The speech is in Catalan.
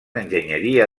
enginyeria